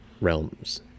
realms